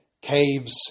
caves